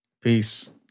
Peace